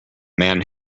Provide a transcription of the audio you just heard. man